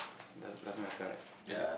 does doesn't doesn't matter right does it